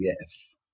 yes